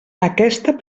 aquest